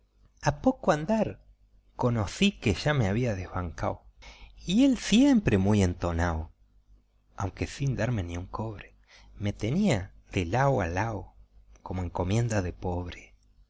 a poco andar conocí que ya me había desbancao y él siempre muy entonao aunque sin darme ni un cobre me tenía de lao a lao como encomienda de pobre